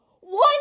one